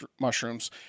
mushrooms